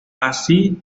así